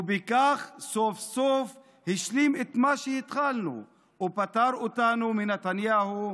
ובכך סוף-סוף השלים את מה שהתחלנו: הוא פטר אותנו מנתניהו.